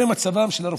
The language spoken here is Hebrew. זה מצבם של הרופאים.